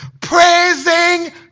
praising